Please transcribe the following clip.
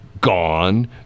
Gone